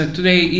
Today